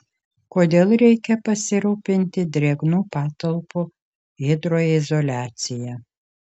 kodėl reikia pasirūpinti drėgnų patalpų hidroizoliacija